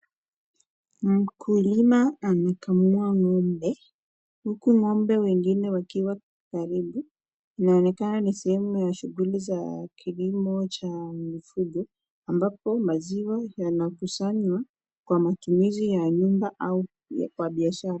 Mkulima anakamua ng'ombe huku ng'ombe wengine wakiwa karibu. Inaonekana ni sehemu ya shughuli za kilimo cha mifugo ambapo maziwa yanakusanywa kwa matumizi ya nyumba au kwa biashara.